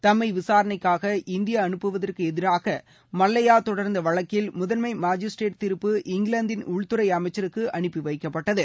தம்மை விசாரணைக்காக இந்தியா அனுப்புவதற்கு எதிராக மல்லையா தொடர்ந்த வழக்கில் முதன்மை மாஜிஸ்டிரேட்டின் தீர்ப்பு இங்கிலாந்தின் உள்துறை அமைச்சருக்கு அனுப்பி வைக்கப்பட்டது